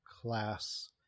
class